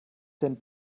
denn